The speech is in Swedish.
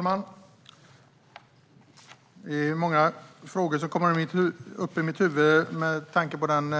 Fru talman! Det är många frågor som kommer upp i mitt huvud med tanke på den